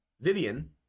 vivian